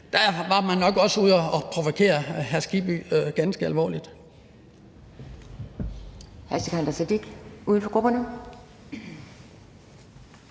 Der var man nok også ude at provokere hr. Skibby ganske alvorligt.